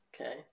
Okay